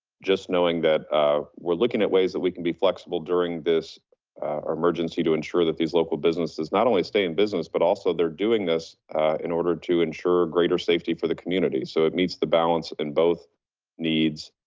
just knowing that we're looking at ways that we can be flexible during this emergency to ensure that these local businesses not only stay in business, but also they're doing this in order to ensure greater safety for the community. so it needs to balance in both needs.